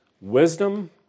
wisdom